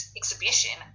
exhibition